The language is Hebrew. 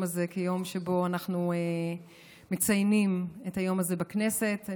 הזה כיום שבו אנחנו מציינים את היום הזה בכנסת.